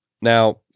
Now